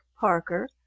Parker